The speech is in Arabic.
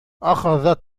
أخذت